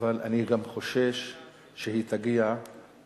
אבל אני גם חושש שהיא תגיע למחוזותינו,